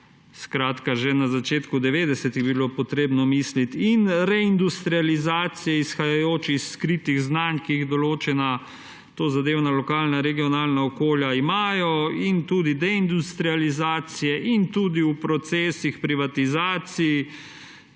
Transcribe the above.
Skratka, že na začetku 90. bi bilo treba misliti o reindustrializaciji, izhajajoč iz skritih znanj, ki jih določena tozadevna lokalna in regionalna okolja imajo, in tudi deindustrializaciji in tudi v procesih privatizacij